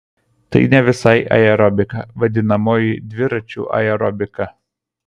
tai ne visai aerobika vadinamoji dviračių aerobika